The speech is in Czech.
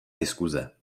diskuze